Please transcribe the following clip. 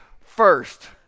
first